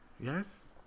Yes